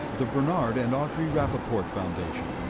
the bernard and audre rapoport foundation.